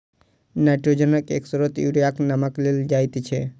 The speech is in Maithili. नाइट्रोजनक एक स्रोत मे यूरियाक नाम लेल जाइत छै